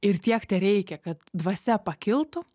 ir tiek tereikia kad dvasia pakiltų